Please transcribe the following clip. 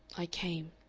i came.